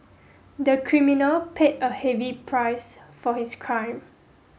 the criminal paid a heavy price for his crime